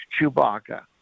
Chewbacca